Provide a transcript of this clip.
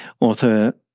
author